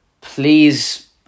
please